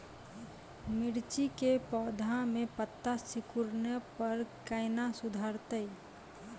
मिर्ची के पौघा मे पत्ता सिकुड़ने पर कैना सुधरतै?